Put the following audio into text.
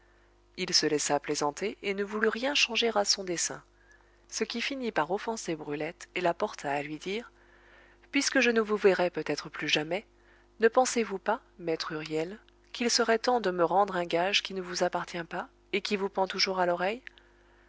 il se laissa plaisanter et ne voulut rien changer à son dessein ce qui finit par offenser brulette et la porta à lui dire puisque je ne vous verrai peut-être plus jamais ne pensez-vous pas maître huriel qu'il serait temps de me rendre un gage qui ne vous appartient pas et qui vous pend toujours à l'oreille